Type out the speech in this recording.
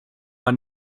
man